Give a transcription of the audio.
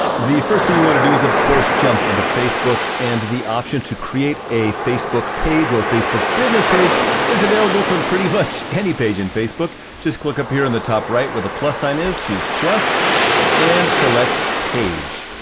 the first thing you want to do is of course jump into facebook and the option to create a facebook page or facebook business page is available from pretty much any page in facebook. just click up here on the top right where the plus sign is, choose plus and select page.